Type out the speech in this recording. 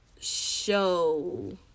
show